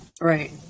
Right